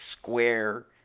square